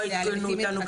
לא עדכנו אותנו.